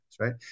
right